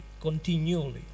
continually